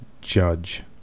judge